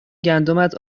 گندمت